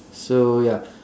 so ya